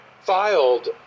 filed